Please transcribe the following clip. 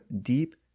deep